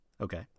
Okay